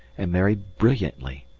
and married brilliantly,